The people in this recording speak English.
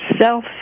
self